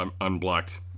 unblocked